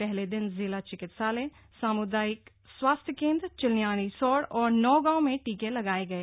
पहले दिन जिला चिकित्सालय साम्दायिक स्वास्थ्य केंद्र चिन्यालीसौड़ और नौगांव में टीके लगाये गए